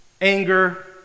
anger